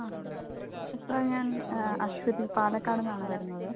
ആ ഇപ്പം ഞാൻ അശ്വതി പാലക്കാടിൽ നിന്നാണ് വരുന്നത്